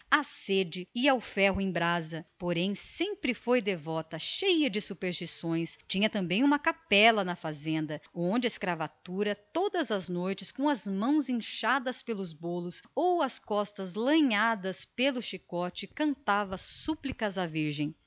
à sede e ao ferro em brasa mas nunca deixou de ser devota cheia de superstições tinha uma capela na fazenda onde a escravatura todas as noites com as mãos inchadas pelos bolos ou as costas lanhadas pelo chicote entoava súplicas à virgem